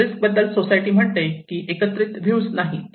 risk बद्दल society म्हणते की एकत्रित व्ह्यूज नाहीत